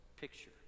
picture